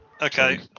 Okay